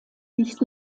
nicht